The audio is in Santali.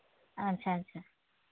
ᱟᱪᱪᱷᱟ ᱟᱪᱪᱷᱟ